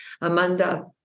Amanda